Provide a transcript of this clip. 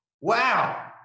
Wow